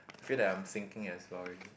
feel that I'm sinking as well already